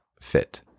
fit